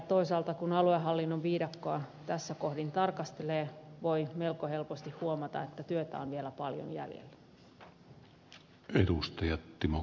toisaalta kun aluehallinnon viidakkoa tässä kohdin tarkastelee voi melko helposti huomata että työtä on vielä paljon jäljellä